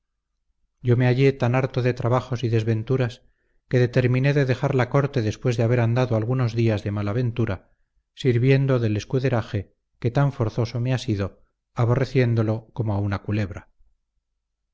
yo me hallé tan harto de trabajos y desventuras que determiné de dejar la corte después de haber andado algunos días de mala ventura sirviendo del escuderaje que tan forzoso me ha sido aborreciéndolo como a una culebra